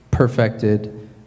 Perfected